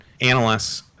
analysts